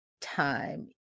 time